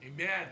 Amen